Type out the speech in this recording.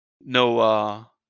Noah